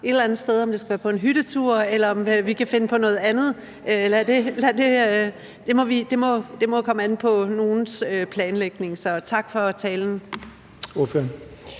om det så skal være på en hyttetur, eller om vi kan finde på noget andet, lad det komme an på nogens planlægning. Så tak for talen.